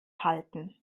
halten